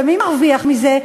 ומי מרוויח מזה?